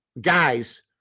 guys